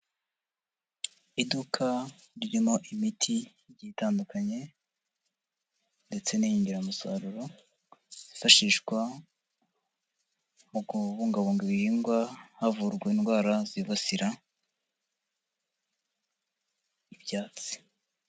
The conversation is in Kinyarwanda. Iduka ririmo imiti igiye itandukanye ndetse n'inyongeramusaruro zifashishwa mu kubungabunga ibihingwa, havurwa indwara zibasira ibyatsi.